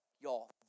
Y'all